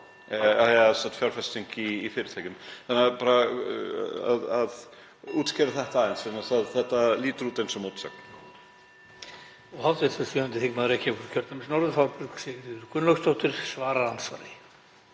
þess að þetta lítur út eins og mótsögn.